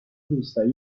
روستایی